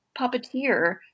puppeteer